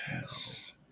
Yes